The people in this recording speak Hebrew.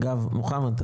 אגב מוחמד,